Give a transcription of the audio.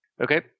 Okay